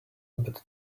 but